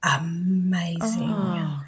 amazing